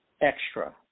extra